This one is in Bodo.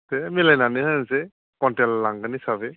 दे मिलायनानै होनोसै कुविन्टेल लांगोन हिसाबै